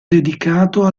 dedicato